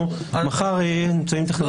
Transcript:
מחר יהיו אמצעים טכנולוגיים אחרים,